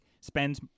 spends